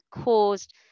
caused